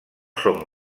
són